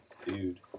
Dude